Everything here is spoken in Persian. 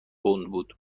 بود